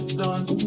dance